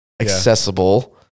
accessible